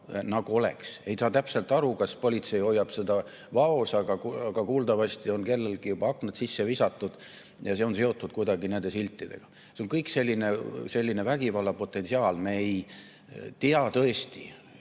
nagu oleks. Ei saa täpselt aru, kas politsei hoiab seda vaos, aga kuuldavasti on kellelgi juba aknad sisse visatud ja see on seotud kuidagi nende siltidega. See kõik on selline vägivalla potentsiaal. Me tõesti